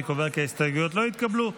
אני קובע כי ההסתייגויות לא התקבלו.